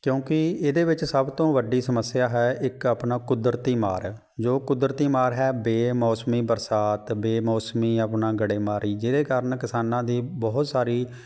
ਕਿਉਂਕਿ ਇਹਦੇ ਵਿੱਚ ਸਭ ਤੋਂ ਵੱਡੀ ਸਮੱਸਿਆ ਹੈ ਇੱਕ ਆਪਣਾ ਕੁਦਰਤੀ ਮਾਰ ਹੈ ਜੋ ਕੁਦਰਤੀ ਮਾਰ ਹੈ ਬੇਮੌਸਮੀ ਬਰਸਾਤ ਬੇਮੌਸਮੀ ਆਪਣਾ ਗੜ੍ਹੇਮਾਰੀ ਜਿਹਦੇ ਕਾਰਨ ਕਿਸਾਨਾਂ ਦੀ ਬਹੁਤ ਸਾਰੀ